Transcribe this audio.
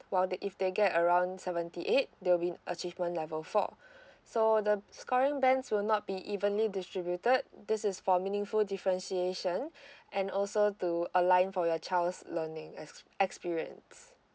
while they if they get around seventy eight they will be achievement level four so the scoring bands will not be evenly distributed this is for meaningful differentiation and also to align for your child's learning ex~ experience